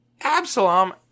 absalom